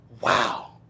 wow